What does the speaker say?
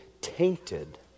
tainted